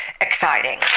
exciting